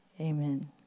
amen